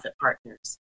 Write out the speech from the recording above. partners